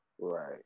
Right